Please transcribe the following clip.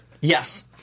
Yes